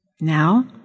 Now